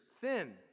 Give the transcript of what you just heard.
thin